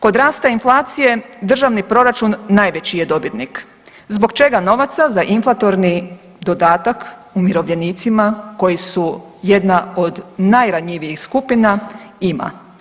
Kod rasta inflacije državni proračun najveći je dobitnik zbog čega novaca za inflatorni dodatak umirovljenicima koji su jedna od najranjivijih skupina ima.